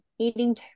eating